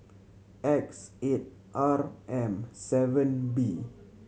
X eight R M seven B